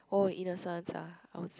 oh innocence ah I would say